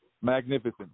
Magnificent